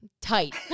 tight